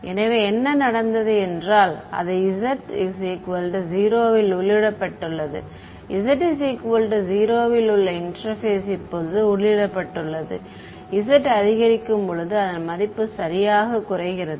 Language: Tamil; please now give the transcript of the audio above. எனவே என்ன நடந்தது என்றால் அது z 0 இல் உள்ளிடப்பட்டுள்ளது z 0 இல் உள்ள இன்டெர்பேஸ் இப்போது உள்ளிடப்பட்டுள்ளது z அதிகரிக்கும் போது அதன் மதிப்பு சரியாக குறைகிறது